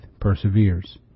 perseveres